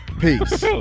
Peace